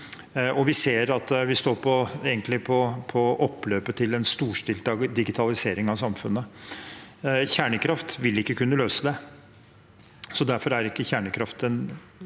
vi egentlig står på oppløpet til en storstilt digitalisering av samfunnet. Kjernekraft vil ikke kunne løse det. Derfor er ikke kjernekraft en